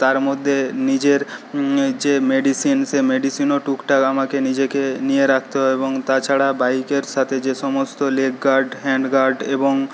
তার মধ্যে নিজের যে মেডিসিন সে মেডিসিনও টুকটাক আমাকে নিজেকে নিয়ে রাখতে হয় এবং তাছাড়া বাইকের সাথে যে সমস্ত লেগ গার্ড হ্যান্ড গার্ড এবং